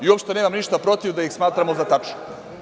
Uopšte nemam ništa protiv da ih smatramo za tačno.